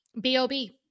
B-O-B